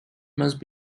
must